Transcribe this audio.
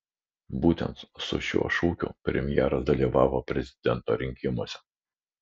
būtent su šiuo šūkiu premjeras dalyvavo prezidento rinkimuose